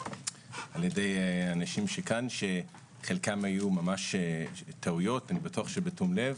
על-ידי אנשים כאן שחלקם היו טעויות אני בטוח שבתום לב